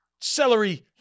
celery